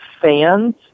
fans